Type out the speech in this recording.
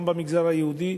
גם במגזר היהודי,